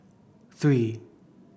three